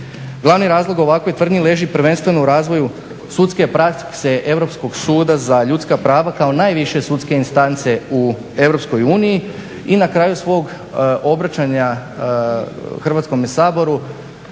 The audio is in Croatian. Glavni razlog ovakve tvrdnje leži prvenstveno u razvoju sudske prakse, Europskog suda za ljudska prava kao najviše sudske instance u Europskoj uniji i na kraju svog obraćanja Hrvatskome saboru